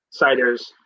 ciders